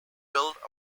build